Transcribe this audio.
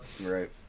Right